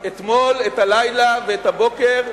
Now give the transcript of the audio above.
אתמול, את הלילה ואת הבוקר,